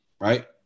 right